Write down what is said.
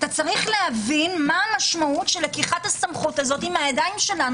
עליך להבין מה המשמעות של לקיחת הסמכות מידינו,